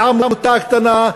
בעמותה קטנה,